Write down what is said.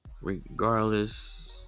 regardless